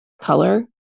color